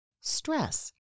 Stress